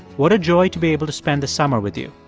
what a joy to be able to spend the summer with you